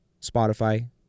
Spotify